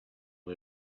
you